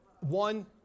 One